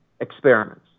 experiments